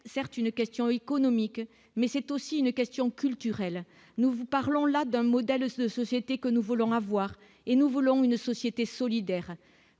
certes, une question économique mais c'est aussi une question culturelle, nous vous parlons là d'un modèle de société que nous voulons avoir et nous voulons une société solidaire,